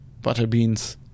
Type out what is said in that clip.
Butterbeans